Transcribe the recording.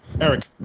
Eric